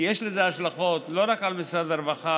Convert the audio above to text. כי יש לזה השלכות לא רק על משרד הרווחה,